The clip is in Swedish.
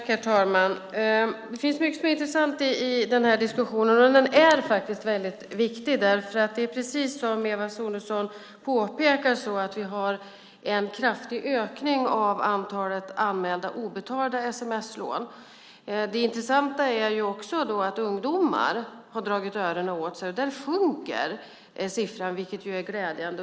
Herr talman! Det finns mycket som är intressant i den här diskussionen. Den är faktiskt väldigt viktig. Det är, precis som Eva Sonidsson påpekar, så att vi har en kraftig ökning av antalet anmälda obetalda sms-lån. Det är också intressant att ungdomar har dragit öronen åt sig. Där sjunker siffran, vilket är glädjande.